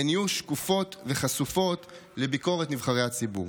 והן יהיו שקופות וחשופות לביקורת נבחרי הציבור.